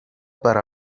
per